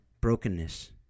Brokenness